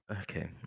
okay